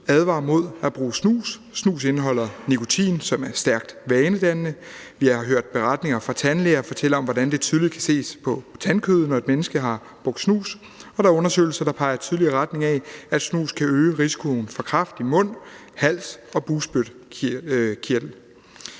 advarer mod at bruge snus. Snus indeholder nikotin, som er stærkt vanedannende. Vi har hørt beretninger fra tandlæger, der fortæller om, hvordan det tydeligt kan ses på tandkødet, når et menneske har brugt snus, og der er undersøgelser, der tydeligt peger i retning af, at snus kan øge risikoen for kræft i munden, halsen og bugspytkirtlen.